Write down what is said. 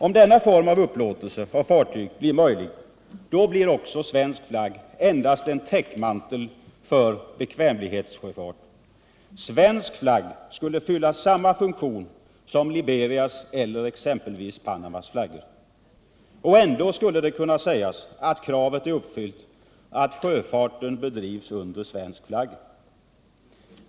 Om denna form av upplåtelse av fartyg blir möjlig, blir också svensk flagg endast en täckmantel för bekvämlighetssjöfart. Svensk flagg skulle fylla samma funktion som exempelvis Liberias eller Panamas flaggor. Ändå skulle det kunna sägas att kravet på att sjöfarten bedrivs under svensk flagg är uppfyllt.